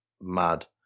Mad